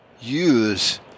use